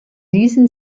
diesen